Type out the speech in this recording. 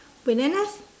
bananas